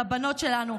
לבנות שלנו,